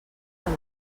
del